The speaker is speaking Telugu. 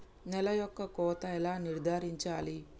నేల యొక్క కోత ఎలా నిర్ధారించాలి?